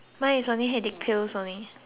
pills only